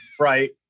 right